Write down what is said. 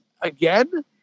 again